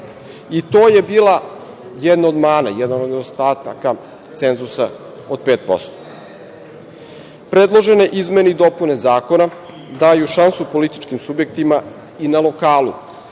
To je bila jedna od mana, jedan od nedostataka cenzusa od 5%.Predložene izmene i dopune zakona daju šansu političkim subjektima i na lokalu.